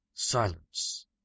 Silence